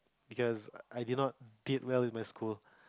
because I did not did well in my school